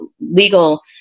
legal